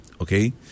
Okay